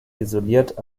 isoliert